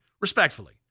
Respectfully